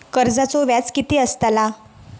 कर्जाचो व्याज कीती असताला?